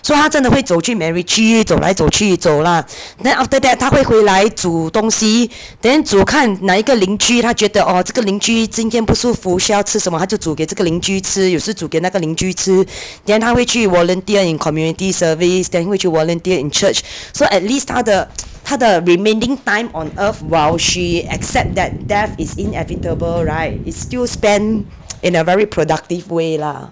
so 她真的会走去 macritchie 走来走去走 lah then after that 她会回来煮东西 then 煮看哪一个邻居她觉得 orh 这个邻居今天不舒服需要吃什么她就煮给这个邻居吃有时煮给那个邻居吃:zhe ge lin ju jin tian bu shu fu xu yao chi shen me ta jiu zhu gei zhe ge lin ju chi you shi zhu geina ge lin ju chi then 她会去 volunteer in community service then 会去 volunteer in church so at least 她的 remaining time on earth while she accept that death is inevitable [right] it's still spent in a very productive way lah